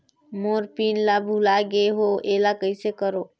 मोर pin ला भुला गे हो एला कइसे करो?